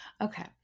Okay